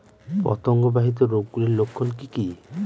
পতঙ্গ বাহিত রোগ গুলির লক্ষণ কি কি?